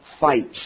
fights